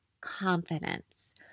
confidence